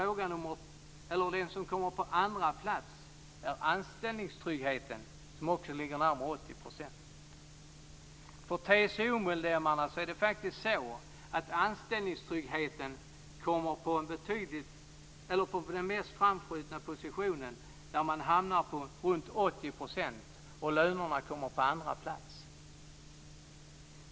Den fråga som kommer på andra plats är anställningstryggheten, som också ligger på närmare 80 %. För TCO medlemmarna är det faktiskt anställningstryggheten som har den mest framskjutna positionen och hamnar på runt 80 %. Lönerna kommer på andra plats.